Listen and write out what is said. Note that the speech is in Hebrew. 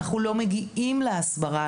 אנחנו לא מגיעים להסברה.